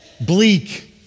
bleak